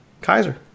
Kaiser